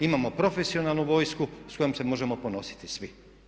Imamo profesionalnu vojsku s kojom se možemo ponositi svi.